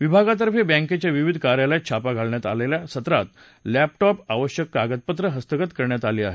विभागातर्फे बँकेच्या विविध कार्यालयात छापा घालण्यात आलेल्या सत्रात लॅपटॉप आवश्यक कागदपत्र हस्तगत करण्यात आली आहेत